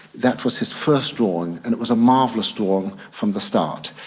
that was his first drawing, and it was a marvellous drawing from the start,